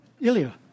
Ilya